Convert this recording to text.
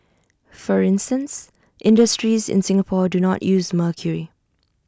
for instance industries in Singapore do not use mercury